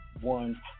One